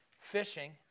fishing